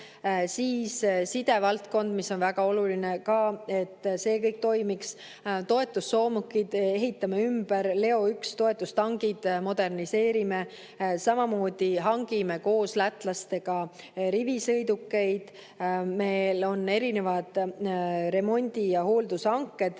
Sidevaldkond, mis on väga oluline, et see kõik toimiks. Toetussoomukid ehitame ümber, Leopard 1 toetustankid moderniseerime. Samamoodi hangime koos lätlastega rivisõidukeid. Meil on erinevad remondi‑ ja hooldushanked